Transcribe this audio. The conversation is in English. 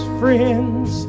friends